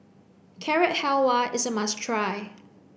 Carrot Halwa is a must try